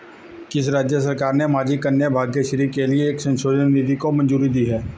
किस राज्य सरकार ने माझी कन्या भाग्यश्री के लिए एक संशोधित नीति को मंजूरी दी है?